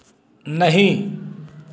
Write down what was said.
नहीं